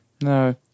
No